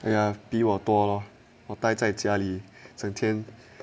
哎呀比我多了我呆在家里整天